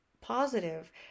positive